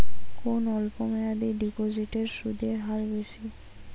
কোন অল্প মেয়াদি ডিপোজিটের সুদের হার বেশি?